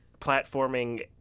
platforming